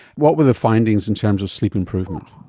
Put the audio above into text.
what were the findings in terms of sleep improvement?